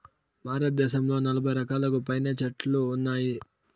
భారతదేశంలో నలబై రకాలకు పైనే చెట్లు ఉన్నాయి